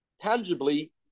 tangibly